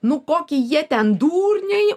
nu koki jie ten dūrniai